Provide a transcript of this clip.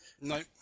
Nope